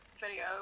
video